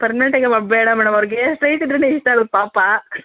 ಪರ್ಮ್ನೆಂಟಾಗಿ ವಾ ಬೇಡ ಮೇಡಮ್ ಅವ್ರಿಗೆ ಸ್ಟ್ರೈಟ್ ಇದ್ರೆ ಇಷ್ಟ ಆಗೋದು ಪಾಪ